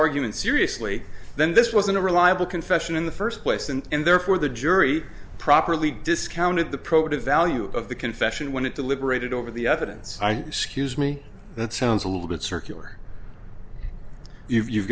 argument seriously then this wasn't a reliable confession in the first place and therefore the jury properly discounted the protos alue of the confession when it deliberated over the evidence scuse me that sounds a little bit circular if you've